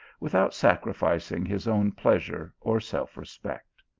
without sacrificing his own pleasure or self-respect.